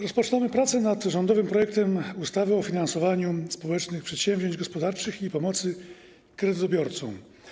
Rozpoczynamy prace nad rządowym projektem ustawy o finansowaniu społecznych przedsięwzięć gospodarczych i pomocy kredytobiorcom.